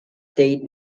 state